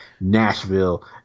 Nashville